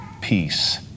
peace